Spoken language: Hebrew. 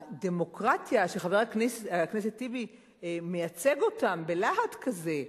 הדמוקרטיה שחבר הכנסת טיבי מייצג אותה בלהט כזה,